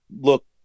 look